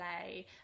play